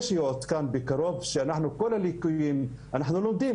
שיעודכן בקרוב לגבי כל הליקויים - ואנחנו לומדים.